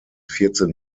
vierzehn